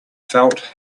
felt